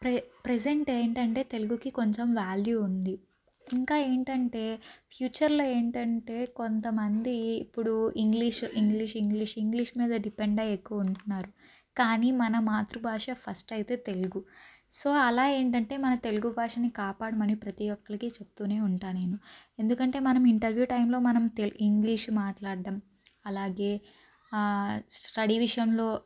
ప్రె present ఏంటంటే తెలుగుకి కొంచెం వ్యాల్యూ ఉంది ఇంకా ఏంటంటే ఫ్యూచర్లో ఏంటంటే కొంతమంది ఇప్పుడు ఇంగ్లీషు ఇంగ్లీష్ ఇంగ్లీష్ ఇంగ్లీష్ మీద డిపెండ్ అయ్యి ఎక్కువ ఉంటున్నారు కానీ మన మాతృభాష ఫస్ట్ అయితే తెలుగు సో అలా ఏంటంటే మన తెలుగు భాషని కాపాడమని ప్రతి ఒక్కరికి చెప్తూనే ఉంటా నేను ఎందుకంటే మనం ఇంటర్వ్యూ టైంలో మనం ఇంగ్లీష్ మాట్లాడడం అలాగే స్టడీ విషయంలో